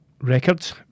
Records